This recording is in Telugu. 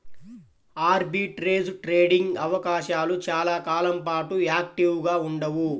ఆర్బిట్రేజ్ ట్రేడింగ్ అవకాశాలు చాలా కాలం పాటు యాక్టివ్గా ఉండవు